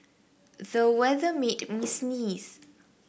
the weather made me sneeze